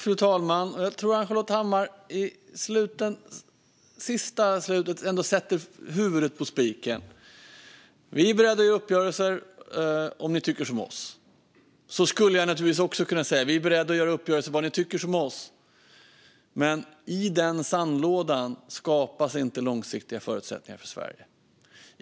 Fru talman! Jag tror att Ann-Charlotte Hammar Johnsson i slutet slår huvudet på spiken: Vi är beredda att träffa uppgörelser om ni tycker som vi. Så skulle naturligtvis jag också kunna säga, att vi är beredda att träffa uppgörelser bara ni tycker som vi. Men i den sandlådan skapas inte långsiktiga förutsättningar för Sverige.